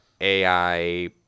AI